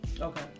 Okay